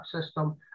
system